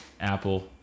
Apple